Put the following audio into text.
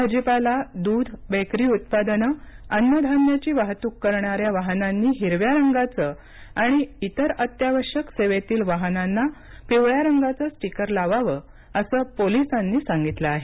भाजीपाला दूध बेकरी उत्पादनं अन्नधान्याची वाहतूक करणाऱ्या वाहनांनी हिरव्या रंगाचं आणि इतर अत्यावश्यक सेवेतील वाहनांना पिवळ्या रंगाचं स्टीकर लावावं असं पोलिसांनी सांगितलं आहे